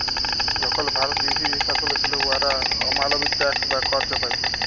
যখল ভারত বিদেশী শাসলে ছিল, উয়ারা অমালবিক ট্যাক্স বা কর চাপাইত